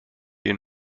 ihn